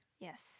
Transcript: Yes